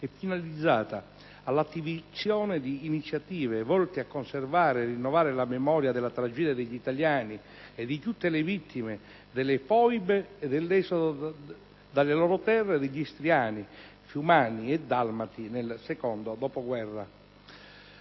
e finalizzata all'attivazione di iniziative volte a conservare e rinnovare la memoria della tragedia degli italiani e di tutte le vittime delle foibe e dell'esodo dalle loro terre degli istriani, fiumani e dalmati nel secondo dopoguerra.